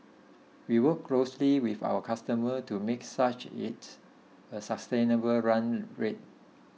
we work closely with our customer to make such it's a sustainable run rate